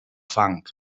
fang